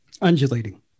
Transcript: Undulating